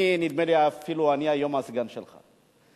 נדמה לי שאני אפילו היום הסגן שלך.